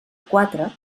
quatre